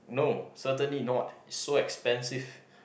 no certainly not so expensive